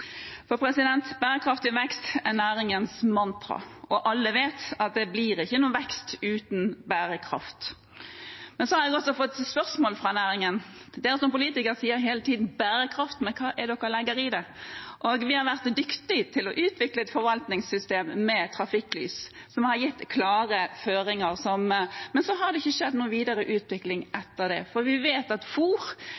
Bærekraftig vekst er næringens mantra, og alle vet at det blir ikke noe vekst uten bærekraft. Men så har jeg også fått spørsmål fra næringen: Dere politikere sier hele tiden «bærekraft», men hva er det dere legger i det? Vi har vært dyktige til å utvikle et forvaltningssystem med trafikklys, som har gitt klare føringer, men så har det ikke skjedd noe videre utvikling